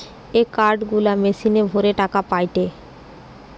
এ card গুলা মেশিনে ভরে টাকা পায়টে